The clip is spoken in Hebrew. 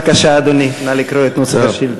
בבקשה, אדוני, נא לקרוא את נוסח השאילתה.